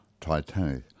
Titanic